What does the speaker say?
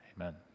Amen